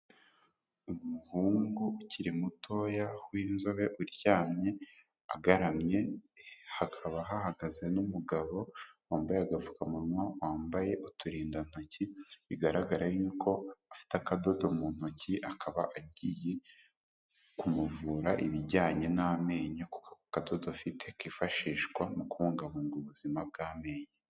Umuhungu ukiri mutoya w'inzobe uryamye agaramye, hakaba hahagaze n'umugabo, wambaye agapfukamunwa, wambaye uturindantoki, bigaragara yuko afite akadodo mu ntoki akaba agiye kumuvura ibijyanye n'amenyo. Kuko akadodo afite kifashishwa mu kubungabunga ubuzima bw'amenyo.